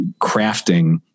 crafting